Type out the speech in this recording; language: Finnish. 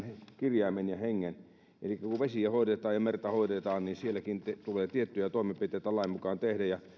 kirjaimen ja hengen elikkä kun vesiä hoidetaan ja merta hoidetaan niin sielläkin tulee tiettyjä toimenpiteitä lain mukaan tehdä ja